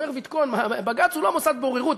אמר ויתקון: בג"ץ הוא לא מוסד בוררות.